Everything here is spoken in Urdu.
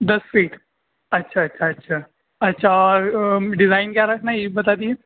دس فیٹ اچھا اچھا اچھا اچھا اور ڈیزائن کیا رکھنا ہے یہ بتا دیجے